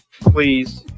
please